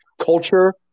culture